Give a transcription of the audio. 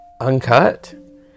uncut